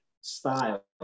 style